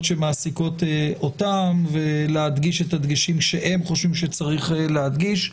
שמעסיקות אותם ולהדגיש את הדגשים שהם חושבים שצריך להדגיש.